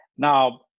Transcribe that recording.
Now